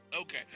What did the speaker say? Okay